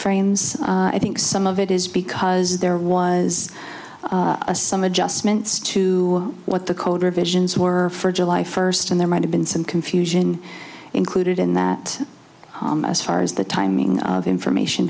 timeframes i think some of it is because there was a some adjustments to what the code revisions were for july first and there might have been some confusion included in that as far as the timing of the information